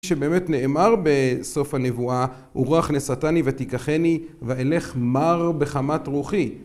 שבאמת נאמר בסוף הנבואה, "ורוח נשאתני ותיקחני ואלך מר בחמת רוחי"